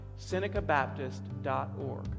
SenecaBaptist.org